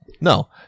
no